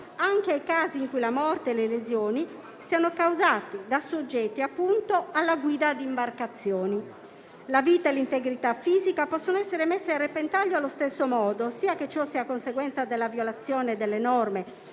anche ai casi in cui la morte e le lesioni siano causati da soggetti, appunto, alla guida di imbarcazioni. La vita e l'integrità fisica possono essere messe a repentaglio allo stesso modo sia che ciò sia conseguenza della violazione delle norme